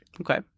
Okay